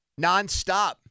nonstop